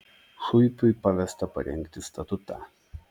šuipiui pavesta parengti statutą